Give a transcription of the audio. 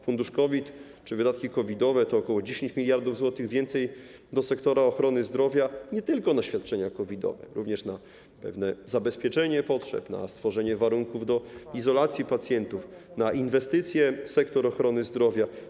Fundusz COVID czy wydatki COVID-owe oznaczają ok. 10 mld zł więcej dla sektora ochrony zdrowia, nie tylko na świadczenia COVID-owe, ale również na pewne zabezpieczenie potrzeb, na stworzenie warunków do izolacji pacjentów, na inwestycję w sektor ochrony zdrowia.